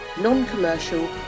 non-commercial